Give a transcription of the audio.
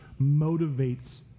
motivates